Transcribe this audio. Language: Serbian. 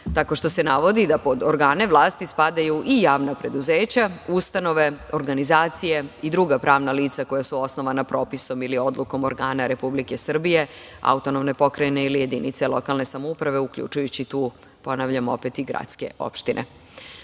tako što se navodi da pod organe vlasti spadaju i javna preduzeća, ustanove, organizacije i druga pravna lica koja su osnovana propisom ili odlukom organa Republike Srbije, autonomne pokrajine ili jedinice lokalne samouprave, uključujući tu, ponavljam opet i gradske opštine. Dakle,